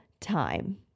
time